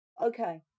okay